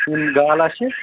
یِم گالا چھِ